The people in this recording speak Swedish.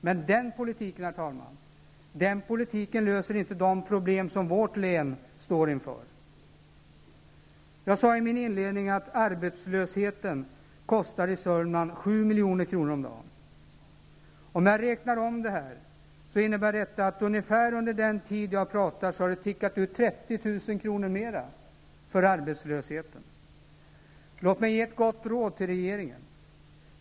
Men den politiken, herr talman, löser inte de problem som vårt län står inför. Jag sade i min inledning att arbetslösheten i Sörmland kostar 7 milj.kr. om dagen. Om jag räknar om detta innebär det att det har tickat ut 30 000 kr. mer för arbetslösheten under den tid som jag har talat. Låt mig ge ett gott råd till regeringen.